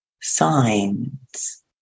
Signs